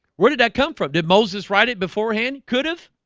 where did that come from did moses write it beforehand could have